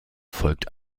folgt